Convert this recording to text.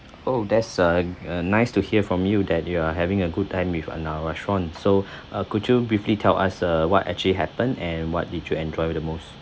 oh that's uh uh nice to hear from you that you are having a good time with in our restaurant so uh could you briefly tell us uh what actually happen and what did you enjoy the most